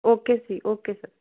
okay ji okay sir